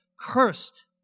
cursed